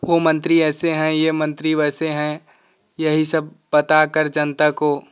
वह मंत्री ऐसे है यह मंत्री वैसे हैं यही सब बताकर जनता को